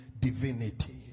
divinity